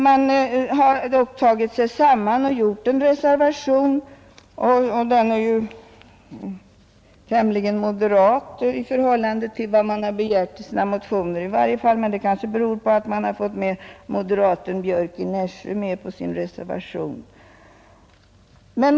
Man har dock tagit sig samman och avgivit en reservation, som alltså är tämligen moderat, i varje fall i förhållande till vad som begärts i motionerna. Men det beror kanske på att man fått moderaten Björck i Nässjö med på reservationen!